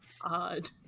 odd